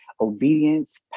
obedience